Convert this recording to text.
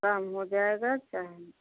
काम हो जाएगा टाइम